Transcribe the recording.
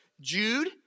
Jude